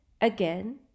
again